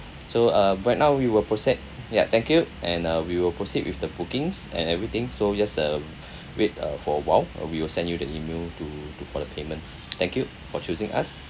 so uh right now we will proceed ya thank you and uh we will proceed with the bookings and everything so just uh wait uh for a while we will send you the email to to for the payment thank you for choosing us